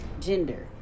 gender